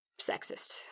sexist